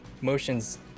motions